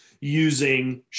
using